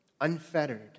Unfettered